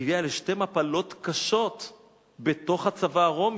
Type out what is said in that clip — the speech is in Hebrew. היא הביאה לשתי מפלות קשות בתוך הצבא הרומי: